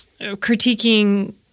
critiquing